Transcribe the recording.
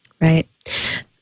Right